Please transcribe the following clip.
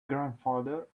grandfather